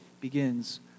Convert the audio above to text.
begins